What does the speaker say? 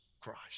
Christ